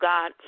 God